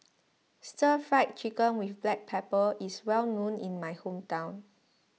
Stir Fried Chicken with Black Pepper is well known in my hometown